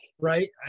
Right